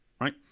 right